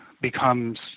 becomes